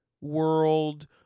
world